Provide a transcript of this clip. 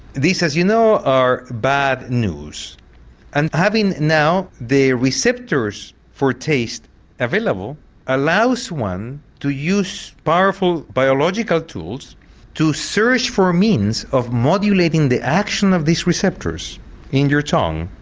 this as you know is bad news and having now the receptors for taste available allows one to use powerful biological tools to search for means of modulating the action of these receptors in your tongue.